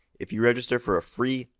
if you register for a free,